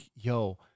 yo